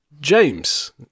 James